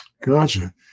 Gotcha